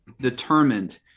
determined